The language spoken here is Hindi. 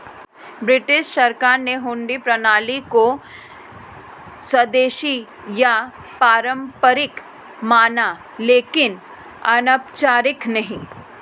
ब्रिटिश सरकार ने हुंडी प्रणाली को स्वदेशी या पारंपरिक माना लेकिन अनौपचारिक नहीं